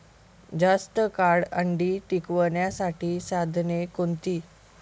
जास्त काळ अंडी टिकवण्यासाठी साधने कोणती?